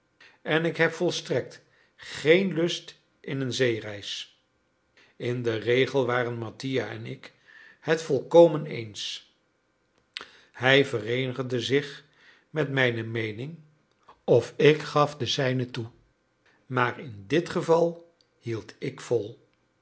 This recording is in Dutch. en ik heb volstrekt geen lust in een zeereis in den regel waren mattia en ik het volkomen eens hij vereenigde zich met mijne meening of ik gaf de zijne toe maar in dit geval hield ik vol